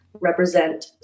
represent